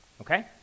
Okay